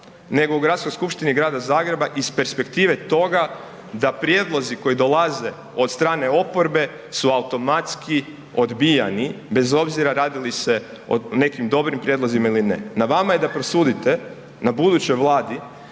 nego u Gradskoj skupštini Grada Zagreba iz perspektive toga da prijedlozi koji dolaze od strane oporbe su automatski odbijani bez obzira radi li se o nekim dobrim prijedlozima ili ne. Na vama je da prosudite, na budućoj vladi